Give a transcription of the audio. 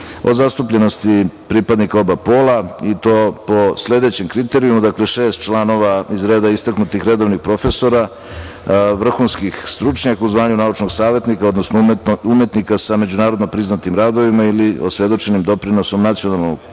o zastupljenosti pripadnika oba pola i to po sledećim kriterijumima. Dakle, šest članova iz reda istaknutih redovnih profesora, vrhunskih stručnjaka u zvanju naučnog savetnika, odnosno umetnika sa međunarodno priznatim radovima ili osvedočenim doprinosom nacionalnoj kulturi,